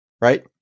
Right